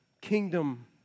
kingdom